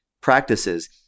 practices